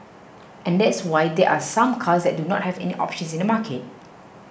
and that's why there are some cars that do not have any options in the market